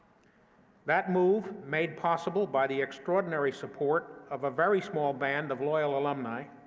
that move, made possible by the extraordinary support of a very small band of loyal alumni,